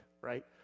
right